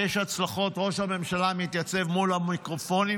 בנושא החטופים.